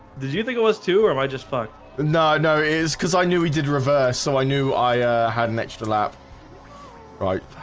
did you think it was or am i just fucked no no is cuz i knew he did reverse so i knew i had annexed a lap right